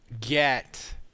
get